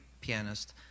pianist